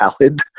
valid